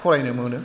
फरायनो मोनो